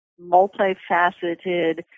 multifaceted